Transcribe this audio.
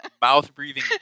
mouth-breathing